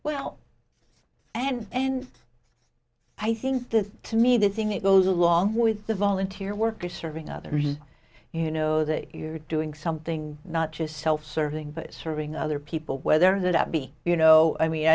well and and i think this to me this ng it goes along with the volunteer work of serving others you know that you're doing something not just self serving but serving other people whether that be you know i mean